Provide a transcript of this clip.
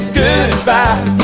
goodbye